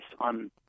on